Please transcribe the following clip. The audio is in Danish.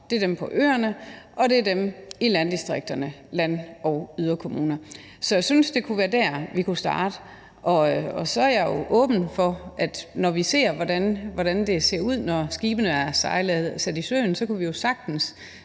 ramt, er dem på øerne, og det er dem i landdistrikterne, altså land- og yderkommunerne. Så jeg synes, det kunne være der, vi kunne starte, og så er jeg åben for, at vi, når vi ser, hvordan det ser ud, når skibene er sat i søen, jo sagtens